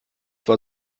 war